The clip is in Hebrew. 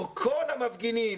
כל המפגינים